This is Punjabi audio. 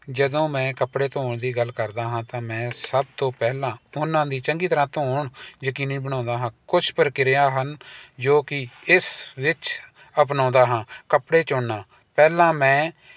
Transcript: ਜਦੋਂ ਮੈਂ ਕੱਪੜੇ ਧੋਣ ਦੀ ਗੱਲ ਕਰਦਾ ਹਾਂ ਤਾਂ ਮੈਂ ਸਭ ਤੋਂ ਪਹਿਲਾਂ ਤਾਂ ਉਹਨਾਂ ਦੀ ਚੰਗੀ ਤਰ੍ਹਾਂ ਧੋਣ ਯਕੀਨੀ ਬਣਾਉਂਦਾ ਹਾਂ ਕੁਛ ਪ੍ਰਕਿਰਿਆ ਹਨ ਜੋ ਕਿ ਇਸ ਵਿੱਚ ਅਪਣਾਉਂਦਾ ਹਾਂ ਕੱਪੜੇ ਚੁਣਨਾ ਪਹਿਲਾਂ ਮੈਂ